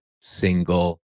single